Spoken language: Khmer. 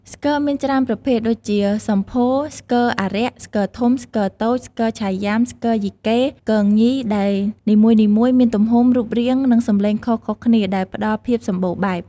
ស្គរមានច្រើនប្រភេទដូចជា សម្ភោរ ស្គរអារក្ស ស្គរធំ ស្គរតូច ស្គរឆៃយ៉ាំ ស្គរយីកេ គងញី ដែលនីមួយៗមានទំហំ រូបរាង និងសំឡេងខុសគ្នា ដែលផ្តល់ភាពសម្បូរបែប។